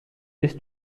this